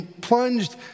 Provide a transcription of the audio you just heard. plunged